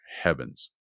heavens